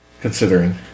considering